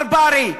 ברברי,